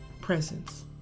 presence